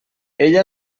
ella